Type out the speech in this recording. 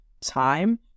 time